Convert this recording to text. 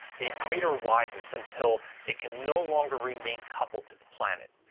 the equator widens until it can no longer remain coupled to the planet.